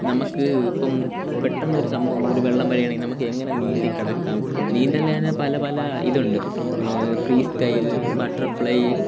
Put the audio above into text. നമുക്ക് ഇപ്പോള് പെട്ടെന്നൊരു സംഭവം ഒരു വെള്ളം വരേണെങ്കില് നമുക്ക് എങ്ങനെ നീന്തി കടക്കാം നീന്തലിനുതന്നെ പല പല ഇതുണ്ട് ഫ്രീസ്റ്റൈൽ ബട്ടർഫ്ളൈ